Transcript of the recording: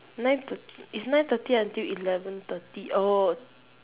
nine thirty it's nine thirty until eleven thirty oh